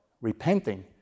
repenting